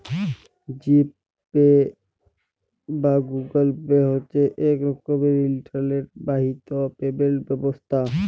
জি Pay বা Google Pay হছে ইক রকমের ইলটারলেট বাহিত পেমেল্ট ব্যবস্থা